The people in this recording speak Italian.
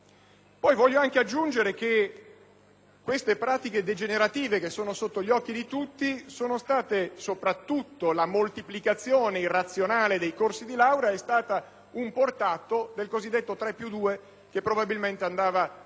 Voglio infine aggiungere che queste pratiche degenerative, sotto gli occhi di tutti, sono state, soprattutto la moltiplicazione irrazionale dei corsi di laurea, un portato del cosiddetto 3 più 2 che probabilmente andava pensato